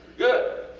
good.